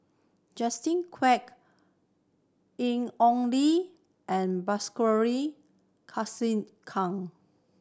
Justin Quek Ian Ong Li and Bilahari Kausikan